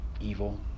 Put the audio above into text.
evil